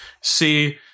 See